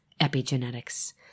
epigenetics